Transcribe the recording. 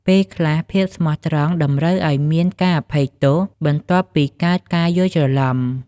ពេលខ្លះ ភាពស្មោះត្រង់តម្រូវឱ្យមានការអភ័យទោស បន្ទាប់ពីកើតការយល់ច្រឡំ។